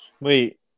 wait